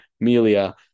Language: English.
Melia